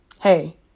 hey